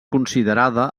considerada